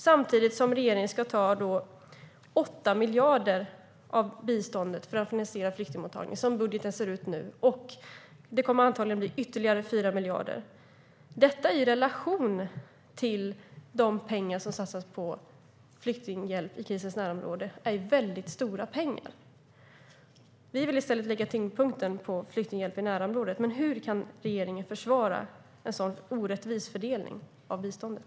Samtidigt ska regeringen ta 8 miljarder av biståndet för att finansiera flyktingmottagningen, som budgeten ser ut nu. Det kommer antagligen att bli ytterligare 4 miljarder - detta är väldigt stora pengar i relation till de pengar som satsas på flyktinghjälp i krisens närområde. Vi vill i stället lägga tyngdpunkten på flyktinghjälp i närområdet. Men hur kan regeringen försvara en orättvis fördelning av biståndet?